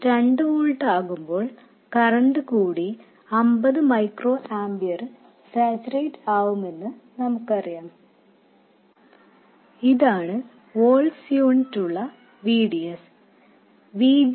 VGS 2 volt ആകുമ്പോൾ current കൂടി 50 micro ആമ്പിയറിൽ സാച്ചുറേറ്റ് ആവുമെന്നു നമുക്കറിയാം ഇതാണ് വോൾട്സ് യൂണിറ്റ് ഉള്ള VDS